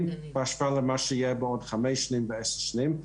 בהשוואה למה שיהיה בעוד חמש או עשר שנים,